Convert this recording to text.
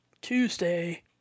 Tuesday